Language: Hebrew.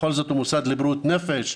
בכל זאת הוא מוסד לבריאות נפש.